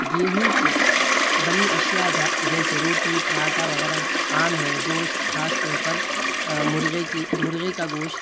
گیہوں کی بنی اشیاء جیسے روٹی پراٹھا وغیرہ عام ہیں گوشت خاص طور پر مرغے کی مرغے کا گوشت